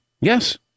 Yes